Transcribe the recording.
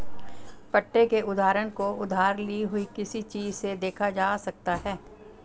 पट्टे के उदाहरण को उधार ली हुई किसी चीज़ से देखा जा सकता है